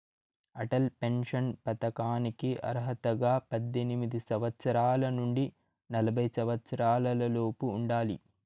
Atal pension పథకానికి అర్హతగా పద్దెనిమిది సంవత్సరాల నుండి నలభై సంవత్సరాలలోపు ఉండాలి